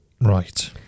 Right